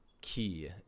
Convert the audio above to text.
key